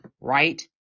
right